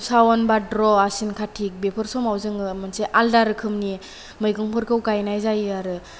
सावन बाद्र' आसिन खाथिक बेफोर समाव जोङो मोनसे आलदा रोखोमनि मैगंफोरखौ गायनाय जायो आरो